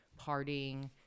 partying